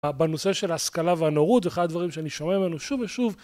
בנושא של השכלה והנאורות, אחד הדברים שאני שומע ממנו שוב ושוב